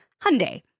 Hyundai